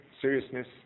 seriousness